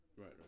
right